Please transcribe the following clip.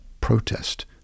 protest